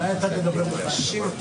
אני רוצה לדבר בשתי רמות,